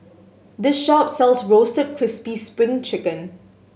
this shop sells Roasted Crispy Spring Chicken